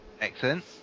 Excellent